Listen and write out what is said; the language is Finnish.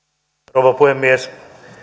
rouva puhemies